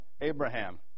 Abraham